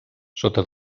sota